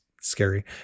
scary